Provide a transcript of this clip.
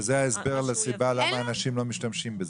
וזה ההסבר לכך שאנשים לא משתמשים בזה.